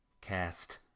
cast